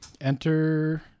Enter